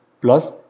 Plus